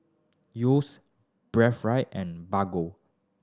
Yeo's Breathe Right and Bargo